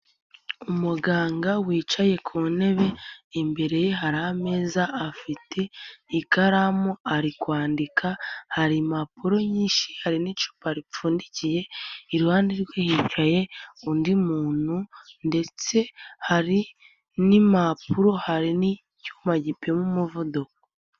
Umuganga wicaye ku ntebe, imbere ye hari ameza afite ikaramu ari kwandika, hari impapuro nyinshi hari n'icupa ripfundikiye, iruhande rwe hicaye undi muntu ndetse hari n'impapuro hari n'icyuma gipima umuvuduko.